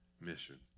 mission